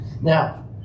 Now